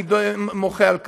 אני מוחה על כך.